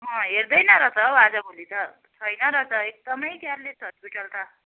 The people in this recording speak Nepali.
हेर्दैन रहेछ हो आजभोलि त छैन रहेछ एकदमै केयरलेस हस्पिटल त